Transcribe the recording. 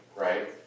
right